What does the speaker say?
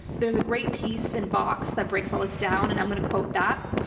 there's a great piece in vox that breaks all this down. and i'm going to quote that,